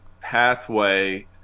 pathway